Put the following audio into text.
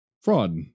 Fraud